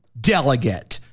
delegate